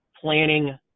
planning